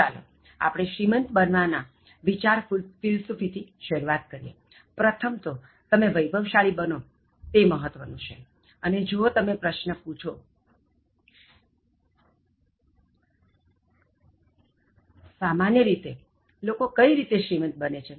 ચાલો આપણે શ્રીમંત બનવાના વિચાર ફિલસૂફીથી શરૂઆત કરીએ પ્રથમ તો તમે વૈભવશાળી બનો તે મહત્ત્વનું છે અને જો તમે પ્રશ્ન પૂછો સામાન્ય રીતે લોકો કઈ રીતે શ્રીમંત બને છે